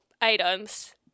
items